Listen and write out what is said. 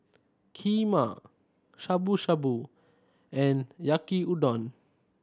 Kheema Shabu Shabu and Yaki Udon